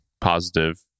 positive